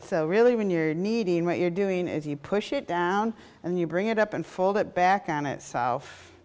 so really when you're needing what you're doing is you push it down and you bring it up and fold it back on itself